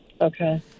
Okay